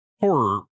horror